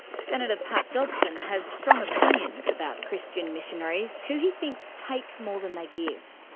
senator pat dodson has strong opinions about christian missionaries who he thinks take more than they give.